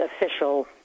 official